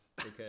Okay